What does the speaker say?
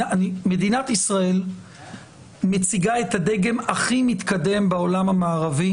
מדינת ישראל מציגה את הדגם הכי מתקדם בעולם המערבי